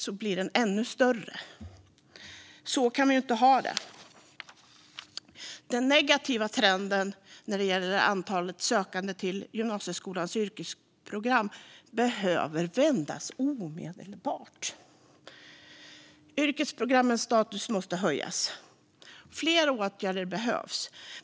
Så kan vi inte ha det. Den negativa trenden när det gäller antalet sökande till gymnasieskolans yrkesprogram behöver vändas omedelbart. Yrkesprogrammens status måste höjas. Flera åtgärder behövs.